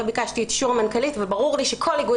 לא ביקשתי את אישור המנכ"לית וברור לי שכל איגוד